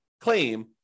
claim